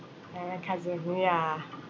and cousin yeah